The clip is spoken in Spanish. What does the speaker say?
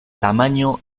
tamaño